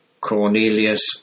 Cornelius